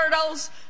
Turtles